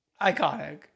Iconic